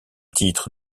titre